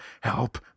help